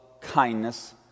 kindness